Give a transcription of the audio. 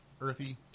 Earthy